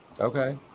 Okay